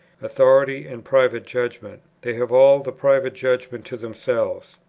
authority and private judgment, they have all the private judgment to themselves,